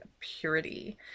purity